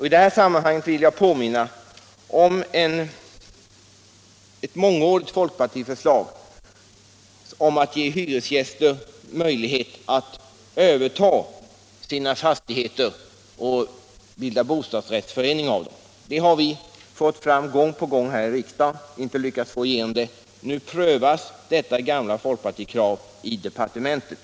I detta sammanhang vill jag påminna om ett mångårigt folkpartiförslag att ge hyresgäster möjlighet att överta sina fastigheter och bilda bostadsrättsföreningar. Det förslaget har vi framfört gång på gång i riksdagen, men inte lyckats driva igenom det. Nu prövas detta gamla folkpartikrav i departementet.